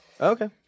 Okay